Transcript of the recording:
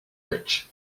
rich